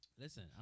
Listen